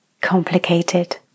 complicated